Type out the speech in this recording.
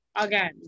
again